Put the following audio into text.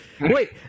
Wait